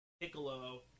Piccolo